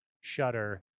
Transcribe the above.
shutter